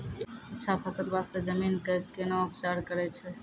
अच्छा फसल बास्ते जमीन कऽ कै ना उपचार करैय छै